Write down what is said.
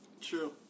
True